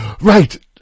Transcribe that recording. Right